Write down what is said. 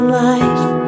life